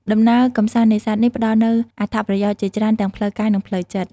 ដំណើរកម្សាន្តនេសាទនេះផ្តល់នូវ អត្ថប្រយោជន៍ ជាច្រើនទាំងផ្លូវកាយនិងផ្លូវចិត្ត។